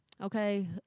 okay